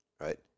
Right